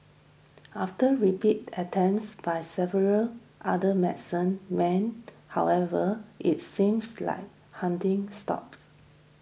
after repeated attempts by several other medicine men however it seems like haunting stopped